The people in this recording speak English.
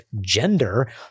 gender